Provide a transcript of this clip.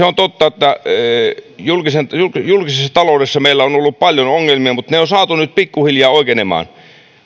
on totta että julkisessa taloudessa meillä on ollut paljon ongelmia mutta ne on saatu nyt pikkuhiljaa oikenemaan